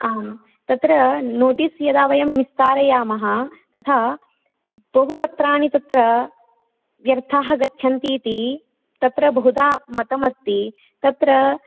आम् तत्र नोटिस् यदा वयं निस्सारयामः तथा बहुपत्राणि तत्र व्यर्थाः गच्छन्तीति तत्र बहुधा मतमस्ति तत्र